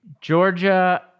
Georgia